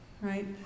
right